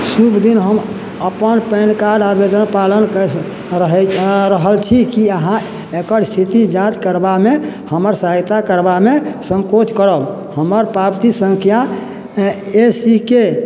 शुभ दिन हम अपन पैनकार्ड आबेदनक पालन करब हम रहै आ रहल छी की अहाँ एकर स्थिती जाँच करबामे हमर सहायता करबामे सङ्कोच करब हमर प्रार्थी सङ्ख्या ए सी के